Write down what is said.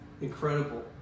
Incredible